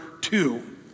two